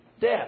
death